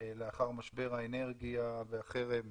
לאחר משבר האנרגיה והחרם